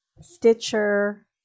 Stitcher